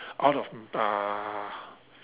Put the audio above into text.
out of uh